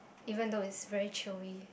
even though it's very chewy